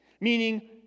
meaning